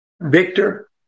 Victor